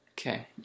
Okay